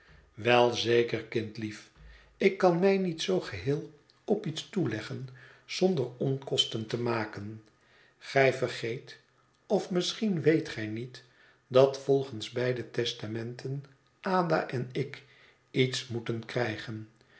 wel zeker kindlief ik kan mij niet zoo geheel op iets toeleggen zonder onkosten te maken gij vergeet of misschien weet gij niet dat volgens beide testamenten ada en ik iets moeten krijgen